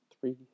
Three